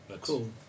cool